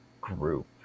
group